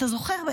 אתה זוכר?